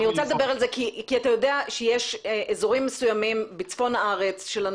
אתה יודע שבצפון הארץ יש אזורים מסוימים שבהם